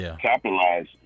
capitalize